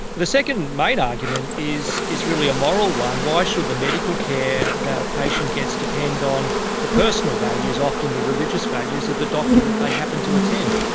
the second main argument is is really a moral one why should the medical care that the patient gets depend on the personal values, often the religious values of the doctor that they happen to attend?